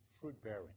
fruit-bearing